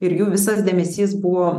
ir jų visas dėmesys buvo